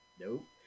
Nope